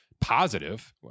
positive